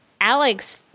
Alex –